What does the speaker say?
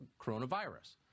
coronavirus